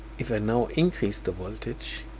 if i now increase the voltage,